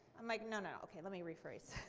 i'm like, no, no, okay, let me rephrase